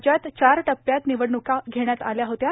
राज्यात चार टप्यात र्निवडणुका घेण्यात आल्या होत्या